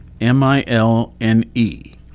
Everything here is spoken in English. M-I-L-N-E